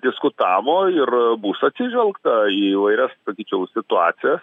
diskutavo ir bus atsižvelgta į įvairias sakyčiau situacijas